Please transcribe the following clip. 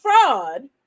fraud